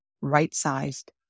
right-sized